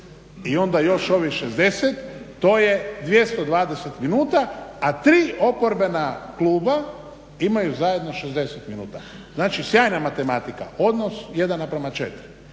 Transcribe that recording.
i onda još ovih 60 to je 220 minuta, a tri oporbena kluba imaju zajedno 60 minuta. Znači sjajna matematika odnos 1:4. Ali ne